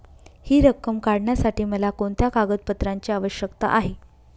हि रक्कम काढण्यासाठी मला कोणत्या कागदपत्रांची आवश्यकता आहे?